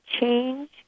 change